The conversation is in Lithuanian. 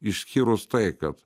išskyrus tai kad